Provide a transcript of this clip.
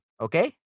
Okay